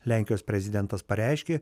lenkijos prezidentas pareiškė